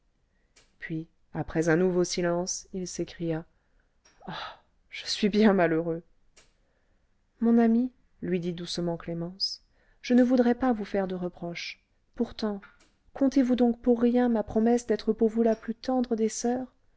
puis après un nouveau silence il s'écria ah je suis bien malheureux mon ami lui dit doucement clémence je ne voudrais pas vous faire de reproches pourtant comptez-vous donc pour rien ma promesse d'être pour vous la plus tendre des soeurs